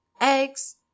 eggs